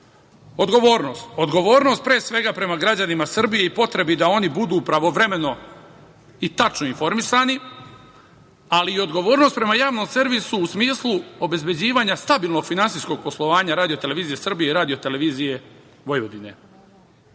nama. Odgovornost, odgovornost pre svega prema građanima Srbije i potrebi da oni budu pravovremeno i tačno informisani, ali i odgovornost prema javnom servisu u smislu obezbeđivanja stabilnog finansijskog poslovanja RTS i RTV.Upravo to činimo ovim